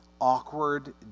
awkward